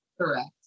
Correct